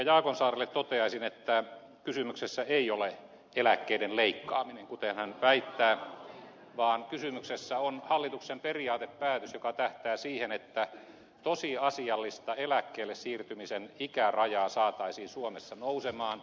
jaakonsaarelle toteaisin että kysymyksessä ei ole eläkkeiden leikkaaminen kuten hän väittää vaan kysymyksessä on hallituksen periaatepäätös joka tähtää siihen että tosiasiallinen eläkkeelle siirtymisen ikäraja saataisiin suomessa nousemaan